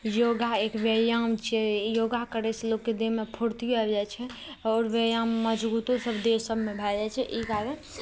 योगा एक व्यायाम छियै योगा करै से लोकके देहमे फुर्तियो आबि जाइ छै आओर व्यायाम मजगूतो सभ देह सभमे भए जाइ छै ई कारण